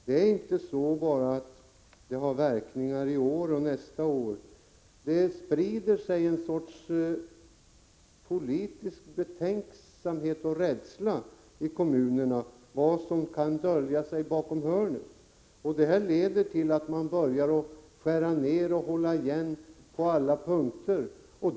Det är inte bara så att dessa nedskärningar har verkningar i år och nästa år, utan det sprider sig en sorts politisk betänksamhet och rädsla i kommunerna för vad som kan dölja sig bakom hörnet. Det leder till att man börjar skära ned och hålla igen på alla punkter.